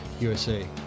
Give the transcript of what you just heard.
USA